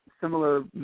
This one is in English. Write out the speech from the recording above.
similar